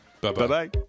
Bye-bye